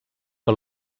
per